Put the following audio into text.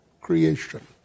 creation